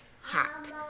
hot